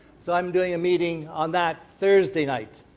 so i'm doing a meeting on that thursday night.